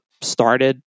started